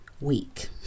week